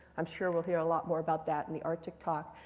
i'm sure we'll hear a lot more about that in the arctic talk.